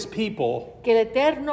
people